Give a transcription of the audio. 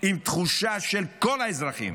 עם תחושה של כל האזרחים